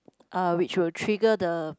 uh which will trigger the